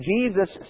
Jesus